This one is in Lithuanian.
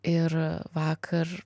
ir vakar